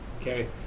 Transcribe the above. okay